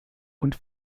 und